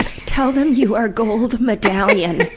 ah tell them you are gold medallion.